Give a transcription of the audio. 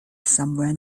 somewhere